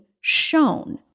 shown